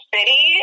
City